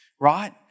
Right